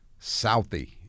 Southie